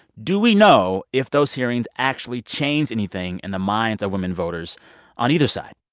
do we know if those hearings actually changed anything in the minds of women voters on either side?